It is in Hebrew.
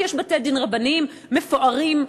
כי יש בתי-דין רבניים מפוארים,